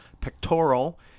pectoral